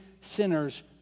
sinners